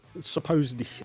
supposedly